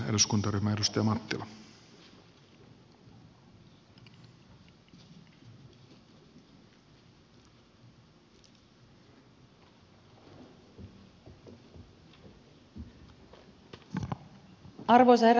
arvoisa herra puhemies